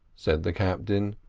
said the captain,